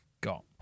got